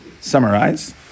summarize